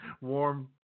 warm